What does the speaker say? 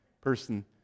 person